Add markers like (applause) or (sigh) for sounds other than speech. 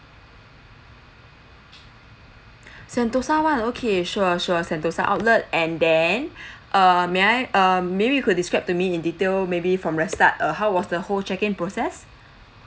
sentosa [one] okay sure sure sentosa outlet and then (breath) err may I err maybe you could describe to me in detail maybe from the start uh how was the whole check in process